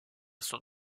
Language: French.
son